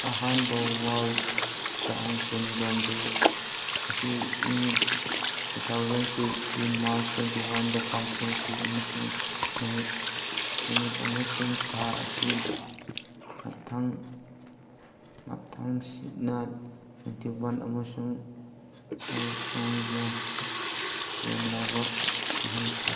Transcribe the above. ꯑꯍꯥꯟꯕ ꯋꯥꯔꯜ Down syndrome Day ꯑꯁꯤ ꯏꯪ ꯇꯨ ꯊꯥꯎꯖꯟ ꯁꯤꯛꯁꯀꯤ ꯃꯥꯔꯁ ꯇ꯭ꯋꯦꯟꯇꯤ ꯋꯥꯟꯗ ꯄꯥꯡꯊꯣꯛꯈꯤ ꯑꯃꯁꯨꯡ ꯅꯨꯃꯤꯠ ꯑꯃꯁꯨꯡ ꯊꯥ ꯑꯁꯤ ꯃꯊꯪ ꯃꯊꯪꯁꯤꯠꯅ ꯇ꯭ꯋꯦꯟꯇꯤ ꯋꯥꯟ ꯑꯃꯁꯨꯡ ꯇ꯭ꯔꯥꯏꯁꯣꯝꯒꯤ ꯆꯦꯟꯅꯕ ꯈꯪꯍꯟꯈꯤ